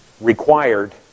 required